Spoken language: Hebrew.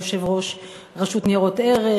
יושב-ראש רשות ניירות ערך,